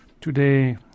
today